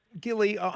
Gilly